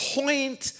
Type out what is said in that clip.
point